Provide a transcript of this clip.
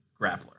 grappler